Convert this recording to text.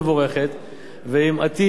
ועם עתיד מאוד מזהיר,